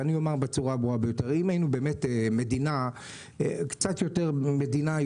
ואני אומר בצורה הברורה ביותר: אם היינו באמת מדינה קצת יותר עשירה,